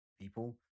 people